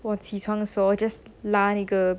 我起床的时候 just 拉那个